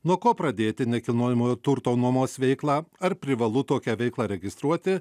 nuo ko pradėti nekilnojamojo turto nuomos veiklą ar privalu tokią veiklą registruoti